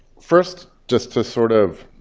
first, just to sort of